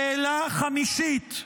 שאלה חמישית: